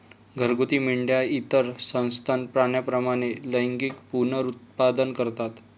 घरगुती मेंढ्या इतर सस्तन प्राण्यांप्रमाणे लैंगिक पुनरुत्पादन करतात